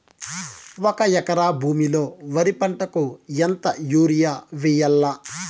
ఒక ఎకరా భూమిలో వరి పంటకు ఎంత యూరియ వేయల్లా?